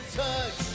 touch